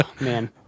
Man